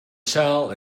sail